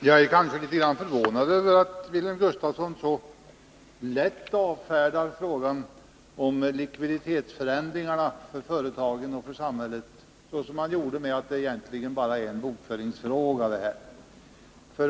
Fru talman! Jag är litet förvånad över att Wilhelm Gustafsson så lätt avfärdar frågan om likviditetsförändringarna för företagen och samhället och säger att det här egentligen bara är en bokföringsfråga.